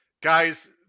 guys